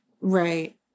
Right